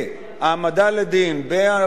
בעוולה אזרחית וכו',